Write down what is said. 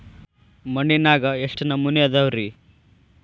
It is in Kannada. ಮಣ್ಣಿನಾಗ ಎಷ್ಟು ನಮೂನೆ ಅದಾವ ರಿ?